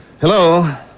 Hello